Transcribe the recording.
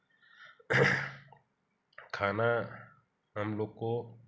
खाना हम लोग को